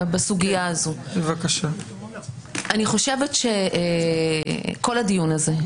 אני חושבת שכל הדיון הזה,